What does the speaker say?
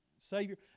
Savior